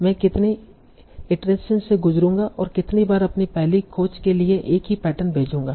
मैं कितनी इटरेशंस से गुज़रूँगा और कितनी बार अपनी पहली खोज के लिए एक ही पैटर्न भेजूँगा